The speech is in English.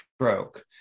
stroke